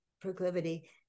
proclivity